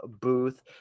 booth